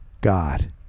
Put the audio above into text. God